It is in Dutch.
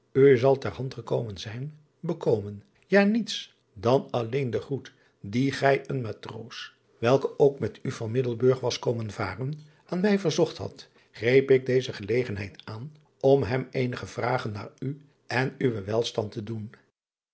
u zal ter hand gekomen zijn bekomen ja niets dan alleen de groet dien gij een matroos welke ook met u van iddelburg was komen varen aan mij verzocht had greep ik deze gelegenheid aan om hem eenige vragen naar u en uwen welstand te doen